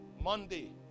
Monday